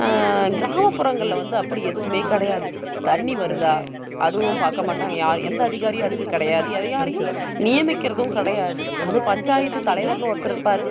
கிராமப்புறங்களில் வந்து அப்படி எதுவுமே கிடையாது தண்ணி வருதா அதுவும் பார்க்க மாட்டாங்க யா எந்த அதிகாரியும் அதுக்கு கிடையாது எந்த அதிகாரியும் நியமிக்கிறதும் கிடையாது அது பஞ்சாயத்து தலைவரெனு ஒருத்தயிருப்பாரு